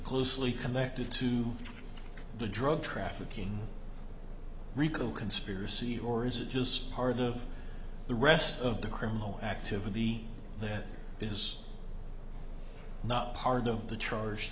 closely connected to the drug trafficking rico conspiracy or is it just part of the rest of the criminal activity that is not part of the charge